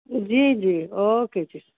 जी जी ओके जी